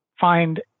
find